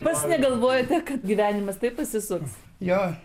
pats negalvojote kad gyvenimas taip pasisuks jo